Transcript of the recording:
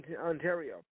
Ontario